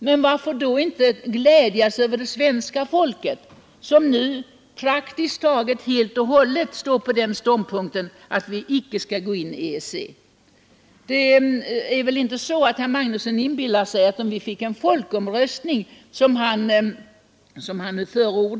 Men varför inte glädjas över svenska folket, som nu praktiskt taget helt och hållet står på den ståndpunkten att vi icke skall gå in i EEC. Herr Magnusson förordar en folkomröstning om det här avtalet.